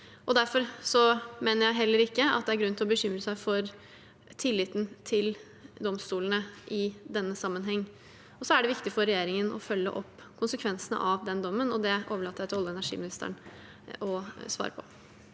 derfor mener jeg heller ikke at det er grunn til å bekymre seg for tilliten til domstolene i denne sammenheng. Det er viktig for regjeringen å følge opp konsekvensene av den dommen, og det overlater jeg til olje- og energiministeren å svare på.